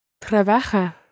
Trabaja